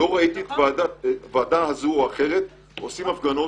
לא ראיתי ועדה זו או אחרת עושים הפגנות